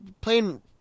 playing